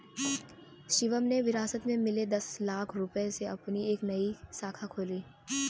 शिवम ने विरासत में मिले दस लाख रूपए से अपनी एक नई शाखा खोली